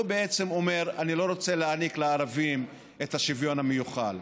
הוא בעצם אומר: אני לא רוצה להעניק לערבים את השוויון המיוחל.